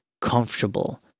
comfortable